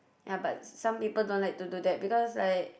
ya but some people don't like to do that because like